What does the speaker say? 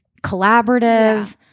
collaborative